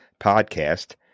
podcast